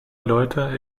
leute